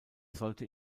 sollte